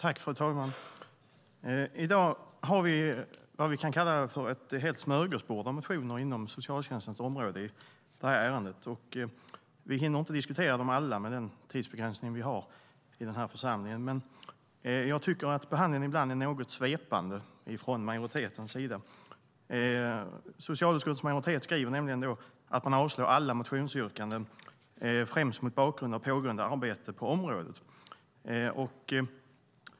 Fru talman! I dag har vi ett helt smörgåsbord av motioner inom socialtjänstens område i detta ärende. Vi hinner inte diskutera dem alla, men jag tycker att behandlingen ibland är något svepande från majoritetens sida. Socialutskottets majoritet skriver att man avstyrker alla motionsyrkanden främst mot bakgrund av pågående arbete på området.